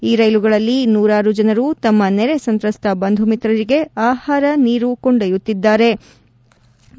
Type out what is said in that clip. ಈ ರೈಲುಗಳಲ್ಲಿ ನೂರಾರು ಜನರು ತಮ್ಮ ನೆರೆ ಸಂತ್ರಸ್ತ ಬಂಧು ಮಿತ್ರರಿಗೆ ಆಹಾರ ನೀರು ಕೊಂಡ್ನೊಯುತ್ನಿದ್ಗಾರೆ